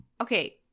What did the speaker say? Okay